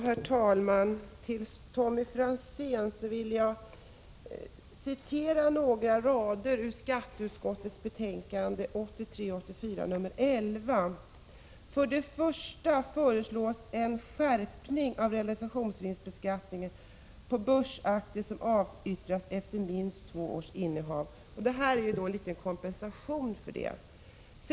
Herr talman! Som svar till Tommy Franzén vill jag citera några rader ur skatteutskottets betänkande 1983/84:11: ”För det första föreslås en skärpning av realisationsvinstbeskattningen på börsaktier som avyttras efter minst två års innehav.” Det som nu föreslås är ju en liten kompensation för detta.